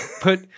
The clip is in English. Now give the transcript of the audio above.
put